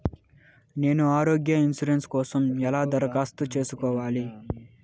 నేను ఆరోగ్య ఇన్సూరెన్సు కోసం ఎలా దరఖాస్తు సేసుకోవాలి